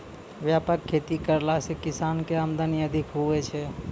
व्यापक खेती करला से किसान के आमदनी अधिक हुवै छै